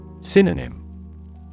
Synonym